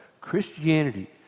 Christianity